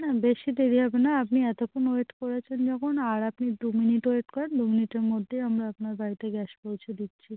না বেশি দেরি হবে না আপনি এতক্ষণ ওয়েট করেছেন যখন আর আপনি দু মিনিট ওয়েট করুন দু মিনিটের মধ্যেই আমরা আপনার বাড়িতে গ্যাস পৌঁছে দিচ্ছি